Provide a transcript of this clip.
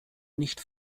nicht